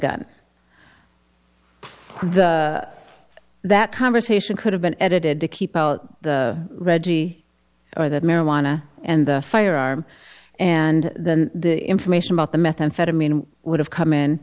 gun that conversation could have been edited to keep out the reggie or the marijuana and the firearm and then the information about the methamphetamine would have come in